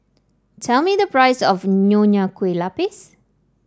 tell me the price of Nonya Kueh Lapis